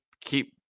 keep